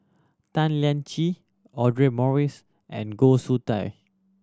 Tan Lian Chye Audra Morrice and Goh Soon Tioe